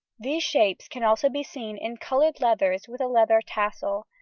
these shapes can also be seen in coloured leathers with a leather tassel,